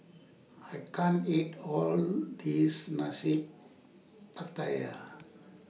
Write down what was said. I can't eat All This Nasi Pattaya